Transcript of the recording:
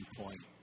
point